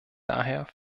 daher